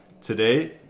Today